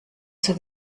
zur